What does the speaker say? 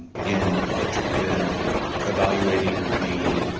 in ah in evaluating the